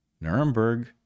Nuremberg